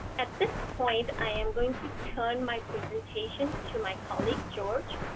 at this point, i am going to turn my presentation to my colleague, george,